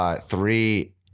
Three